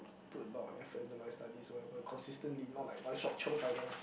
put a lot of effort into my studies wherever consistently not like one shot chiong final